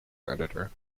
editor